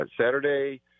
Saturday